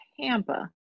Tampa